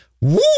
Woo